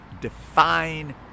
define